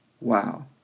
Wow